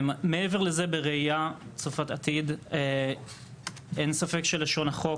מעבר לזה, בראייה צופת עתיד, אין ספק שלשון החוק,